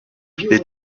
les